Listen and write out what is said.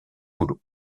boulots